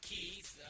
Keith